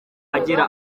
agira